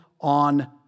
on